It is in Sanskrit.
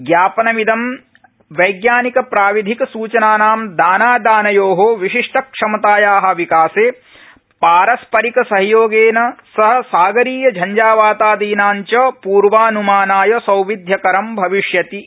ज्ञापनमिदं वैज्ञानिक प्राविधिक सूचनानां दानादानयो विशिष्टक्षमताया विकासे पारस्परिक सहयोगेन सह सागरीय झंझावातादीनां च पूर्वान्मानाय सौविध्यकरं भविष्यति इति